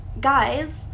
guys